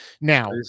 now